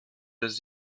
dass